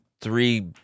three